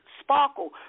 Sparkle